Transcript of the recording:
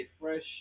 fresh